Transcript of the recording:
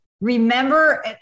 remember